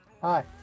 Hi